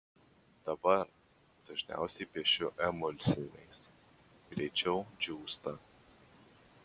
dabar dažniausiai piešiu emulsiniais greičiau džiūsta